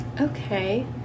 Okay